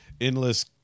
endless